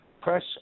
press